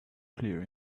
clear